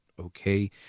okay